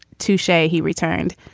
to shay, he returned.